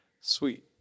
Sweet